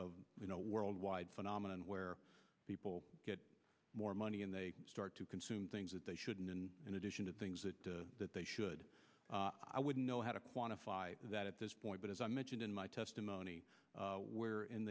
of you know worldwide phenomenon where people get more money and they start to consume things that they shouldn't and in addition to things that they should i wouldn't know how to quantify that at this point but as i mentioned in my testimony